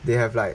they have like